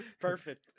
perfect